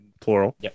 Plural